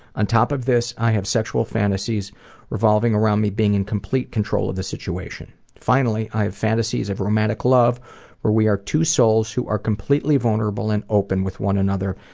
on top of this, i have sexual fantasies revovling around me being in complete control of the situation. finally, i have fantasies of romantic love where we are two souls who are completely vulnerable and open with one another,